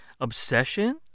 obsession